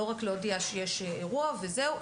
לא רק להודיע שיש אירוע וזהו,